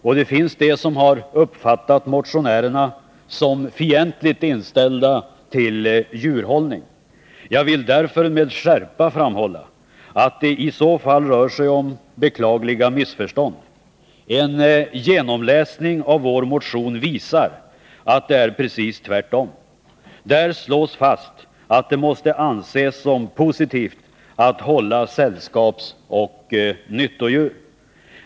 Och det finns de som uppfattat motionärerna som fientligt inställda till djurhållning. Jag vill därför med skärpa framhålla att det i så fall rör sig om beklagliga missförstånd. En genomläsning av vår motion visar att det är precis tvärtom. Där slås fast att det måste anses som positivt att hålla sällskapsoch nyttodjur.